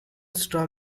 straw